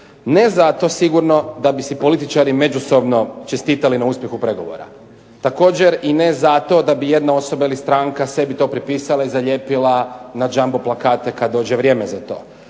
Ne zato sigurno da bi si političari međusobno čestitali na uspjehu pregovora. Također i ne zato da bi jedna osoba ili stranka sebi to pripisala i zalijepila na jambo plakate kad dođe vrijeme za to.